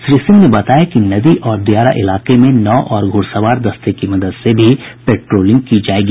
श्री सिंह ने बताया कि नदी और दियारा इलाके में नाव और घुड़सवार दस्ते की मदद से भी पेट्रोलिंग की जायेगी